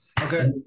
Okay